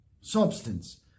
substance